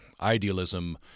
Idealism